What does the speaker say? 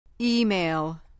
Email